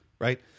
right